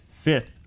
fifth